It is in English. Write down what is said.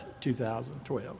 2012